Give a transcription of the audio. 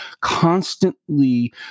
constantly